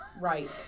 Right